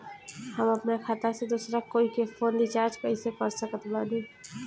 हम अपना खाता से दोसरा कोई के फोन रीचार्ज कइसे कर सकत बानी?